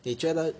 你觉得